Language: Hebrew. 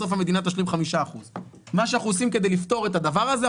בסוף המדינה תשלים 5%. מה שאנחנו עושים כדי לפתור את הדבר הזה,